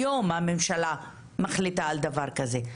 היום הממשלה מחליטה על דבר כזה.